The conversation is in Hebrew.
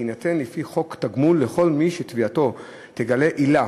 כי יינתן לפי החוק תגמול לכל מי שתביעתו תגלה עילה.